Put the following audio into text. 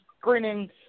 screening